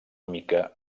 mica